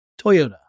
Toyota